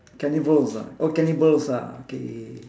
cannibals ah oh cannibals ah okay